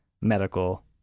medical